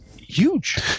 huge